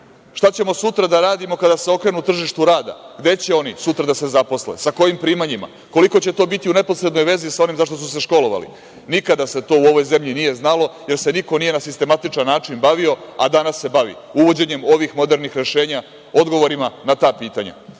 Šta ćemo sutra da radimo kada se okrenu tržištu rada? Gde će oni sutra da se zaposle? Sa kojim primanjima? Koliko će to biti u neposrednoj vezi sa onim za šta su se školovali? Nikada se to u ovoj zemlji nije znalo, jer se niko nije na sistematičan način bavio, a danas se bavi, uvođenjem ovih modernih rešenja, odgovorima na ta pitanja.I